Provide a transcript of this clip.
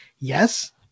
yes